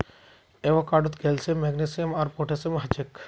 एवोकाडोत calcium magnesium आर potassium हछेक